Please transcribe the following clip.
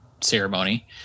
ceremony